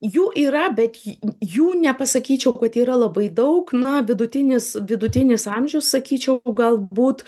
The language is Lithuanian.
jų yra bet j jų nepasakyčiau kad yra labai daug na vidutinis vidutinis amžius sakyčiau galbūt